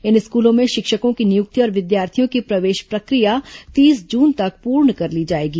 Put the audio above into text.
इन स्कूलों में शिक्षकों की नियुक्ति और विद्यार्थियों की प्रवेश प्रशिक्र या तीस जून तक पूर्ण कर ली जाएगी